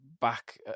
back